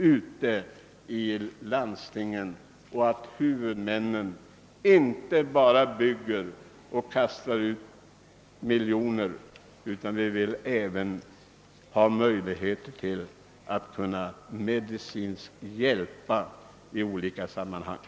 Det räcker inte med att sjukvårdshuvudmännen anslår miljontals kronor till sjukhusbyggen, utan vi måste ha möjligheter att ge den medicinska hjälp som behövs.